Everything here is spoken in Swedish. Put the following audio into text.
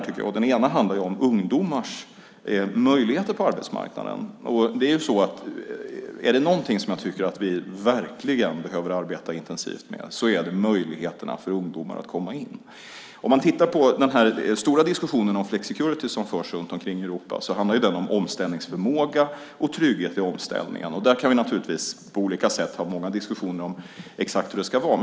Den ena handlar om ungdomars möjligheter på arbetsmarknaden. Om det är någonting som jag tycker att vi verkligen behöver arbeta intensivt med så är det möjligheterna för ungdomar att komma in på arbetsmarknaden. Om man tittar på den stora diskussionen om flexicurity som förs runt omkring i Europa så handlar den om omställningsförmåga och trygghet vid omställningen. Där kan vi naturligtvis på olika sätt ha många diskussioner om exakt hur det ska vara.